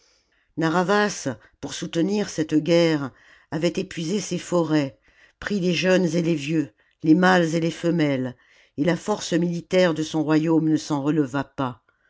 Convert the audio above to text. narr'havas pour soutenir cette guerre avait épuisé ses forêts pris les jeunes et les vieux les mâles et les femelles et la force militaire de son royaume ne s'en releva pas